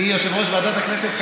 אני יושב-ראש ועדת הכנסת,